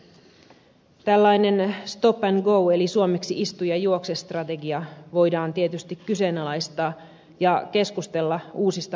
tällainen stop and go eli suomeksi istu ja juokse strategia voidaan tietysti kyseenalaistaa ja keskustella uusista vaihtoehdoista